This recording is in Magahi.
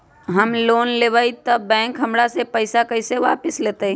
हम लोन लेलेबाई तब बैंक हमरा से पैसा कइसे वापिस लेतई?